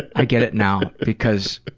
i get it now. because,